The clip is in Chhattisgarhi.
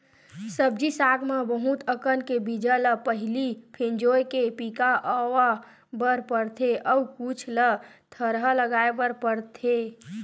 सब्जी साग म बहुत अकन के बीजा ल पहिली भिंजोय के पिका अवा बर परथे अउ कुछ ल थरहा लगाए बर परथेये